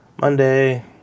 Monday